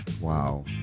Wow